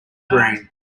green